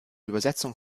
übersetzung